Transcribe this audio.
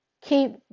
Keep